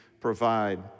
provide